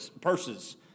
purses